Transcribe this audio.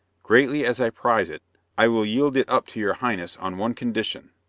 greatly as i prize it, i will yield it up to your highness on one condition.